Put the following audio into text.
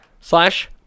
slash